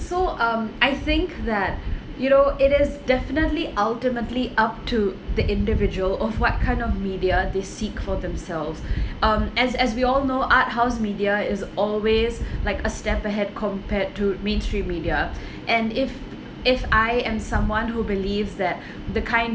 so um I think that you know it is definitely ultimately up to the individual of what kind of media they seek for themselves um as as we all know art house media is always like a step ahead compared to mainstream media and if if I am someone who believes that the kind